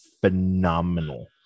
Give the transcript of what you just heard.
phenomenal